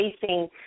facing